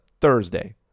Thursday